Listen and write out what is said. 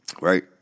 Right